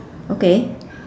okay